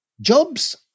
Jobs